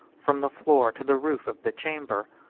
from the floor to the roof of the chamber.